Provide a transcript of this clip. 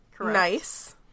nice